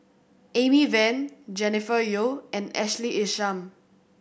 Amy Van Jennifer Yeo and Ashley Isham